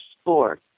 sport